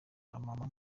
amama